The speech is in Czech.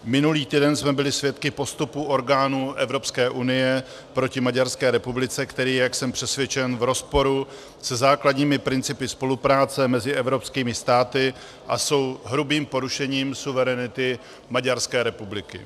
Minulý týden jsme byli svědky postupu orgánů EU proti Maďarské republice, který je, jak jsem přesvědčen, v rozporu se základními principy spolupráce mezi evropskými státy, a je hrubým porušením suverenity Maďarské republiky.